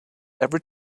every